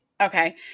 Okay